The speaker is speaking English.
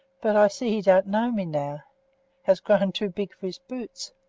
but i see he don't know me now has grown too big for his boots.